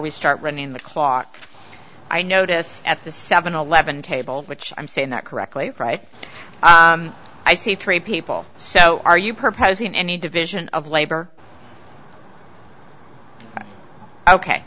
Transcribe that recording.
we start running the clock i notice at the seven eleven table which i'm saying that correctly right i see three people so are you proposing any division of labor ok